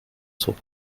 zog